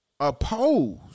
opposed